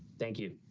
thank you,